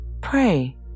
Pray